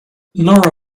nora